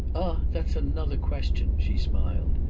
ah that's another question! she smiled.